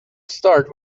start